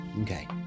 Okay